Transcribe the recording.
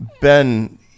Ben